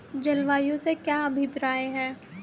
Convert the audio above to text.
जलवायु से क्या अभिप्राय है?